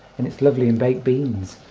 and it's lovely in baked beans